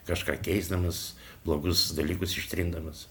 kažką keisdamas blogus dalykus ištrindamas